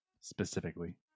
Specifically